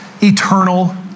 eternal